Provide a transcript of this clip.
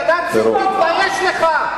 תתבייש לך.